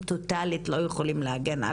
לדבר,